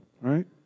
Right